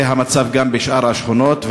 זה המצב גם בשאר השכונות.